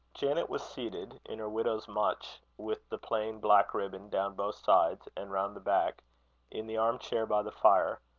janet was seated in her widow's mutch, with the plain black ribbon down both sides, and round the back in the arm-chair by the fire,